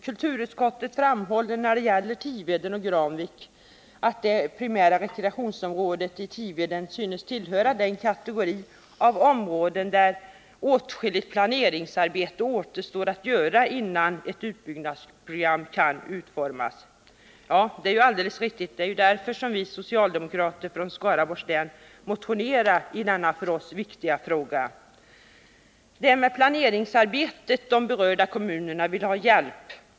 Kulturutskottet framhåller när det gäller Tiveden och Granvik att det primära rekreationsområdet i Tiveden synes tillhöra den kategori områden där åtskilligt planeringsarbete återstår att göra innan ett utbyggnadsprogram kan utformas. Det är alldeles riktigt, och det är därför som vi socialdemokrater från Skaraborgs län har motionerat i denna för oss viktiga fråga. Det är planeringsarbetet som de berörda kommunerna vill ha hjälp med.